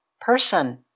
person